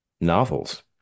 novels